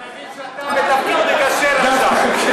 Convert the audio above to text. אני מבין שאתה בתפקיד מגשר עכשיו.